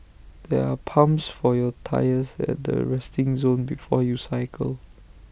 there are pumps for your tyres at the resting zone before you cycle